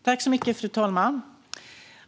Fru talman!